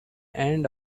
end